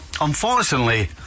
Unfortunately